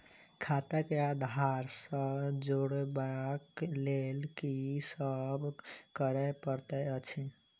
खाता केँ आधार सँ जोड़ेबाक लेल की सब करै पड़तै अछि?